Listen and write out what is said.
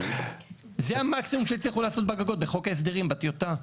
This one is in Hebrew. זה המקסימום שהצליחו לעשות בגגות בחוק ההסדרים בטיוטה.